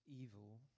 evil